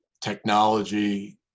technology